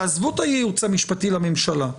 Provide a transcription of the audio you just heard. תעזבו את הייעוץ המשפטי לממשלה,